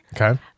Okay